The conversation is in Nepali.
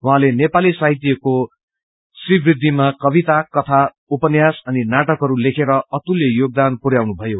उहाँले नेपाली साहित्यको श्रीवृहद्वमा कविता कथा उपन्रूास अनि नाटकहरू लेखेर अतुल्य योगदान पुरयाउनु भयो